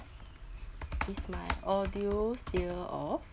is my audio still off